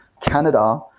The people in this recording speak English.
Canada